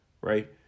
right